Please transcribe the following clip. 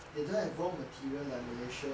they don't have raw material like malaysia